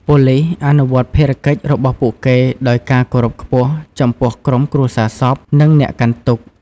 ប៉ូលីសអនុវត្តភារកិច្ចរបស់ពួកគេដោយការគោរពខ្ពស់ចំពោះក្រុមគ្រួសារសព និងអ្នកកាន់ទុក្ខ។